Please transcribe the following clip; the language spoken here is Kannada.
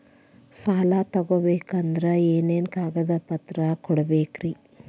ಸಾಲ ತೊಗೋಬೇಕಂದ್ರ ಏನೇನ್ ಕಾಗದಪತ್ರ ಕೊಡಬೇಕ್ರಿ?